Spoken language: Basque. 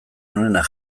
onenak